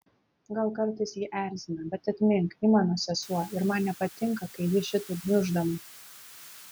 gal kartais ji erzina bet atmink ji mano sesuo ir man nepatinka kai ji šitaip gniuždoma